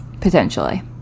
Potentially